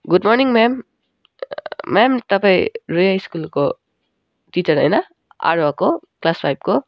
good morning ma'am ma'am तपाईँ रेया स्कुलको टिचर होइन आरोहको क्लास फाइभको